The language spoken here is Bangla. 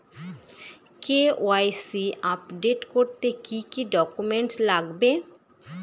কে.ওয়াই.সি আপডেট করতে কি কি ডকুমেন্টস লাগবে?